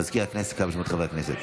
מזכיר הכנסת, קרא בשמות חברי הכנסת.